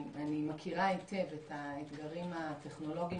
אני מכירה היטב את האתגרים הטכנולוגיים